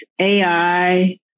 AI